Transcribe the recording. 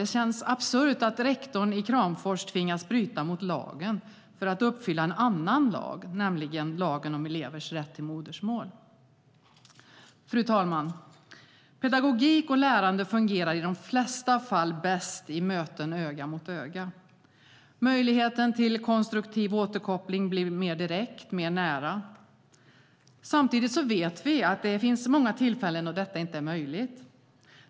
Det känns absurt att rektorn i Kramfors tvingas bryta mot lagen för att uppfylla en annan lag, nämligen lagen om elevers rätt till modersmål. Fru talman! Pedagogik och lärande fungerar i de flesta fall bäst i möten öga mot öga. Möjligheten till konstruktiv återkoppling blir mer direkt, mer nära. Samtidigt vet vi att det finns många tillfällen då detta inte är möjligt.